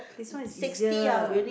this one is easier